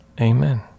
Amen